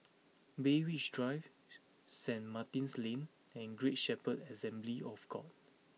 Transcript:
Berwick Drive Saint Martin's Lane and Great Shepherd Assembly of God